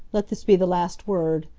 let this be the last word.